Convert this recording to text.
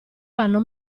vanno